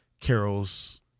Carol's